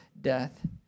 death